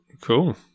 Cool